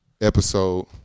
episode